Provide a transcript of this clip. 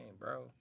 bro